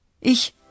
Ich